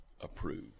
approved